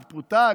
התפוטר,